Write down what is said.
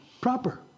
proper